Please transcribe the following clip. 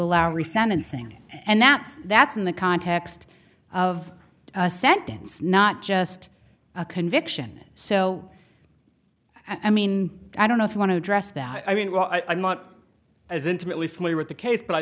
sentencing and that's that's in the context of a sentence not just a conviction so i mean i don't know if you want to address that i mean well i'm not as intimately familiar with the case but i